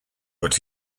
but